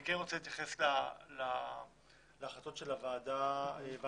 אני כן רוצה להתייחס להחלטות של ועדת הגבולות.